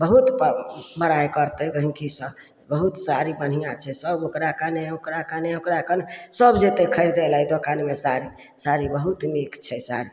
बहुत बड़ाइ करतइ गँहिकी सभ बहुत साड़ी बढ़िआँ छै सभ ओकरा कने ओकरा कने ओकरा कने सभ जेतय खरीदे लै ओइ दोकानमे साड़ी साड़ी बहुत नीक छै साड़ी